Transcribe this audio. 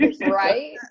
right